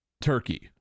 Turkey